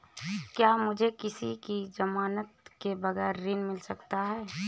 क्या मुझे किसी की ज़मानत के बगैर ऋण मिल सकता है?